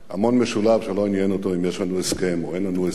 המון משולהב שלא עניין אותו אם יש לנו הסכם או אין לנו הסכם.